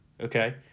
Okay